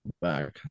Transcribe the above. back